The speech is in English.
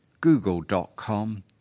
google.com